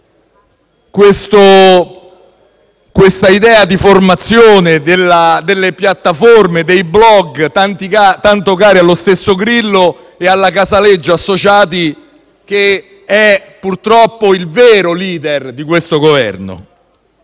questa idea di formazione delle piattaforme e dei *blog* tanto cari allo stesso Grillo e alla Casaleggio associati, che sono purtroppo i veri *leader* di questo Governo.